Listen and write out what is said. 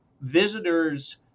visitors